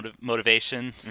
motivation